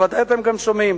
וודאי גם אתם שומעים,